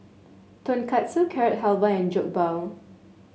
Tonkatsu Carrot Halwa and Jokbal